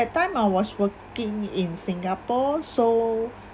that time I was working in singapore so